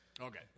Okay